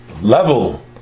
level